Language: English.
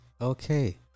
Okay